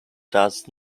does